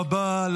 תודה רבה.